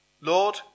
Lord